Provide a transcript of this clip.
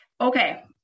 okay